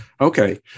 Okay